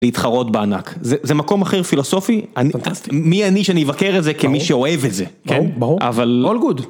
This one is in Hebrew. להתחרות בענק, זה מקום אחר פילוסופי, מי אני שאני אבקר את זה כמי שאוהב את זה. כן, ברור. אבל... הול גוד